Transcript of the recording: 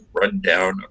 run-down